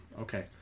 Okay